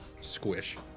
Squish